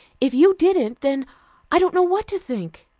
if you didn't, then i don't know what to think.